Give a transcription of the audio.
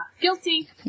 Guilty